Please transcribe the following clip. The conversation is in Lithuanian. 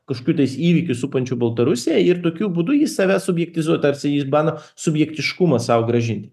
kažkokių tais įvykių supančių baltarusiją ir tokiu būdu jis save subjektyzuot tarsi jis bando subjektiškumą sau grąžinti